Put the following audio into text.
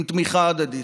עם תמיכה הדדית.